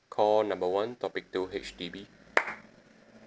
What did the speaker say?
call number one topic two H_D_B